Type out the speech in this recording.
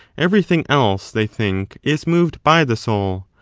everything else, they think, is moved by the soul,